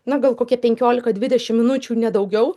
na gal kokie penkiolika dvidešim minučių ne daugiau